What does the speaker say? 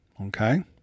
Okay